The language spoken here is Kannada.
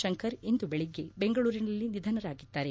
ತಂಕರ್ ಇಂದು ಬೆಳಗ್ಗೆ ಬೆಂಗಳೂರಿನಲ್ಲಿ ನಿಧನರಾಗಿದ್ದಾರೆ